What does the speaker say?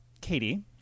Katie